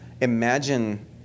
Imagine